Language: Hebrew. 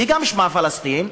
גם שמה פלסטין,